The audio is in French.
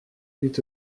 huit